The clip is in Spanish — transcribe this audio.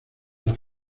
las